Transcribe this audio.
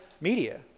media